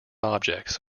objects